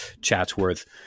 Chatsworth